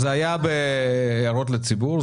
זה היה בהערות לציבור.